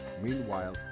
meanwhile